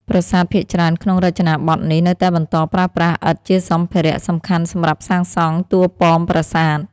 ប្រាសាទភាគច្រើនក្នុងរចនាបថនេះនៅតែបន្តប្រើប្រាស់ ឥដ្ឋ ជាសម្ភារៈសំខាន់សម្រាប់សាងសង់តួប៉មប្រាសាទ។